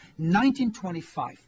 1925